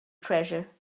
treasure